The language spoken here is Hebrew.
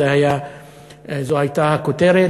זו הייתה הכותרת.